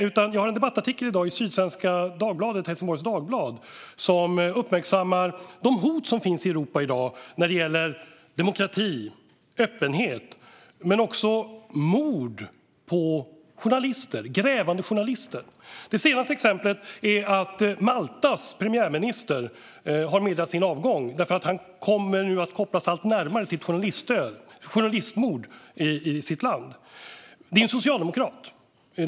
Jag har läst en debattartikel i dagens Sydsvenska Dagbladet och Helsingborgs Dagblad, som uppmärksammar de hot som finns i Europa i dag när det gäller demokrati och öppenhet, men också mord på grävande journalister. Det senaste exemplet är att Maltas premiärminister har meddelat sin avgång därför att han nu kopplas allt närmare ett journalistmord i sitt land. Det är en socialdemokrat.